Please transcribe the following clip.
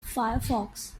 firefox